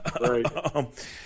Right